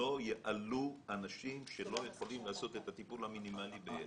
שלא יעלו אנשים שלא יכולים לעשות את הטיפול המינימלי.